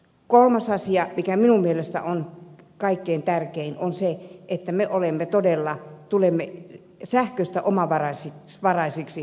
kolmas asia mikä minun mielestäni on kaikkein tärkein on se että me tulemme sähkön osalta omavaraisiksi